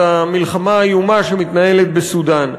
את המלחמה האיומה שמתנהלת בסודאן.